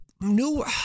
New